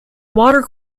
water